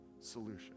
solution